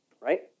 right